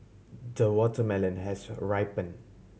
the watermelon has ripen